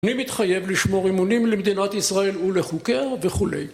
אני מתחייב לשמור אמונים למדינת ישראל ולחוקיה, וכו'.